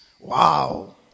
Wow